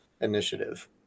initiative